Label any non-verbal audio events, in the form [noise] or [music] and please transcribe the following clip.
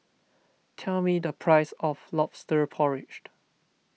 tell me the price of Lobster Porridge [noise]